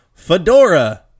Fedora